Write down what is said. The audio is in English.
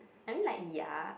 I mean like ya